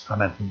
Amen